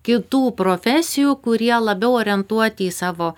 kitų profesijų kurie labiau orientuoti į savo